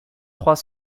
trois